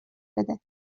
بده